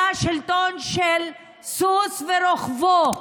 היה שלטון של סוס ורוכבו,